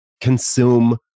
consume